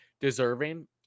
deserving